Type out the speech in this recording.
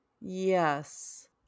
Yes